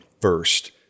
first